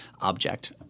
object